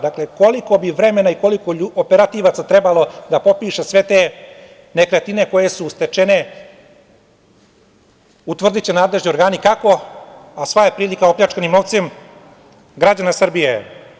Dakle, koliko bi vremena i koliko bi operativaca trebalo da popiše sve te nekretnine koje su stečene, utvrdiće nadležni organi kako, a sva je prilika opljačkanim novcem građana Srbije?